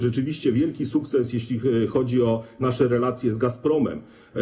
Rzeczywiście wielki sukces, jeśli chodzi o nasze relacje z Gazpromem.